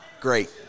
great